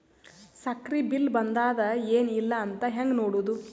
ಸಕ್ರಿ ಬಿಲ್ ಬಂದಾದ ಏನ್ ಇಲ್ಲ ಅಂತ ಹೆಂಗ್ ನೋಡುದು?